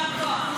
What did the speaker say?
יישר כוח.